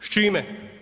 S čime?